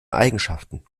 eigenschaften